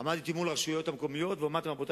עמדתי מול הרשויות המקומיות ואמרתי להם: רבותי,